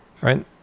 Right